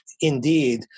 indeed